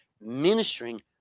Ministering